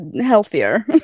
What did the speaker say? healthier